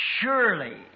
surely